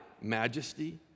majesty